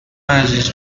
عزیز